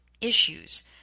issues